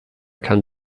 kann